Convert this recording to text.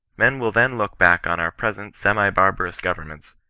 men will then look back on our present semi-barbarous governments,